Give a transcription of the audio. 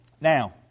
Now